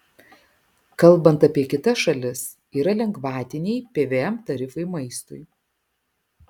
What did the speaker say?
kalbant apie kitas šalis yra lengvatiniai pvm tarifai maistui